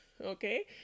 Okay